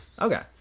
okay